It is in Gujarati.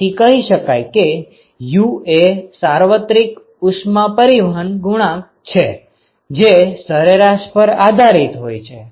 તેથી કહી શકાય કે યુ એ સાર્વત્રિક ઉષ્મા પરિવહન નો ગુણાંક છે જે સરેરાશ પર આધારિત હોય છે